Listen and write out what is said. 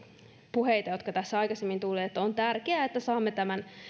puheita jotka tässä aikaisemmin olivat on tärkeää että saamme tämän